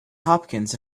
hopkins